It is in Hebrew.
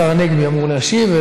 השר הנגבי אמור להשיב,